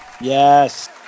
Yes